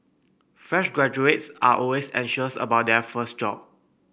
fresh graduates are always anxious about their first job